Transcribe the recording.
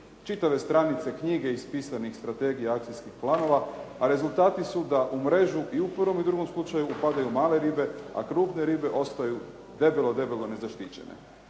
čitave stranice knjige ispisanih strategija i akcijskih planova, a rezultati su da u mrežu i u prvom i malom slučaju upadaju male ribe, a krupne ribe ostaju debelo, debelo nezaštićene.